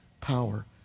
power